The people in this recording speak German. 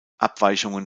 abweichungen